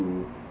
to